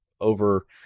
over